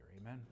Amen